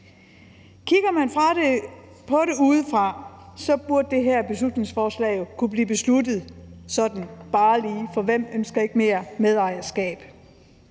Kigger man på det udefra, burde det her beslutningsforslag jo med lethed kunne blive vedtaget, for hvem ønsker ikke mere medarbejderejerskab?